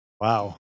Wow